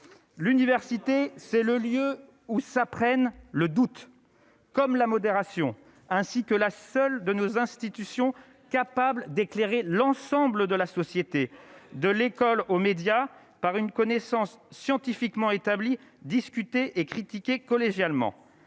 l'université, c'est le lieu où s'apprennent le doute comme la modération ainsi que la seule de nos institutions capables d'éclairer l'ensemble de la société de l'école aux médias par une connaissance scientifiquement établie, discuter et critiquer collégialement